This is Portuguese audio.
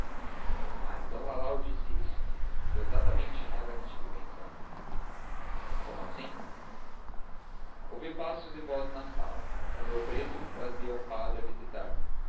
ah então lalau disse isso foi exatamente nela que estive pensando como assim ouvi passos e vozes na sala era o meu preto que trazia um padre a visitar-me